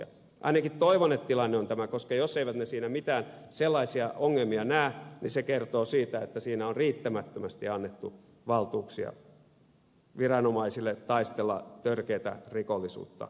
ainakin toivon että tilanne on tämä koska jos eivät he siinä mitään sellaisia ongelmia näe niin se kertoo siitä että siinä on riittämättömästi annettu valtuuksia viranomaisille taistella törkeää rikollisuutta vastaan